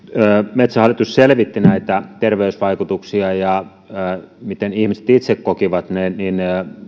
metsähallitus selvitti näitä terveysvaikutuksia miten ihmiset itse kokivat ne ja